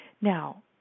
Now